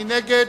מי נגד?